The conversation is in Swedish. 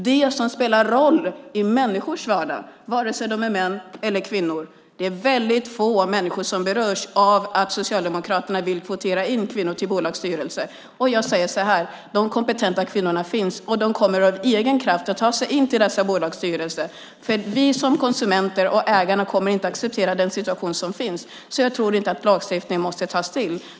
Det är det som spelar roll i människors vardag, vare sig de är män eller kvinnor. Det är väldigt få människor som berörs av att Socialdemokraterna vill kvotera in kvinnor till bolagsstyrelser. De kompetenta kvinnorna finns, och de kommer av egen kraft att ta sig in till dessa bolagsstyrelser. Vi som konsumenter och ägarna kommer inte att acceptera den situation som är. Jag tror inte att lagstiftning måste tas till.